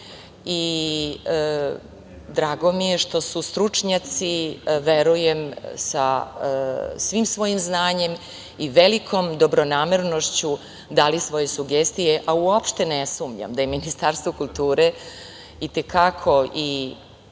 i drago mi je što su stručnjaci, verujem sa svim svojim znanjem i velikom dobronamernošću, dali svoje sugestije, a uopšte ne sumnjam da je Ministarstvo kulture i te kako i